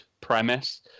premise